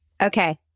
Okay